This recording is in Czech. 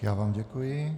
Já vám děkuji.